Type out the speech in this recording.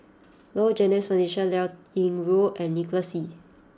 Low Jimenez Felicia Liao Yingru and Nicholas Ee